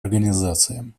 организациям